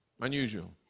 Unusual